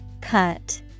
cut